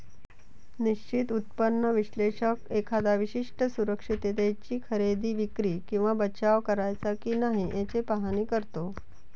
निश्चित उत्पन्न विश्लेषक एखाद्या विशिष्ट सुरक्षिततेची खरेदी, विक्री किंवा बचाव करायचा की नाही याचे पाहणी करतो